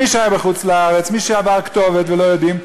מי שהיה בחוץ-לארץ, מי שעבר כתובת ולא יודעים.